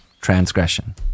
transgression